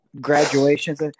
graduations